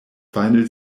final